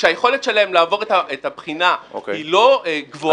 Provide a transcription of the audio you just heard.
שהיכולת שלהם לעבור את הבחינה היא לא גבוהה,